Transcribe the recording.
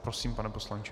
Prosím, pane poslanče.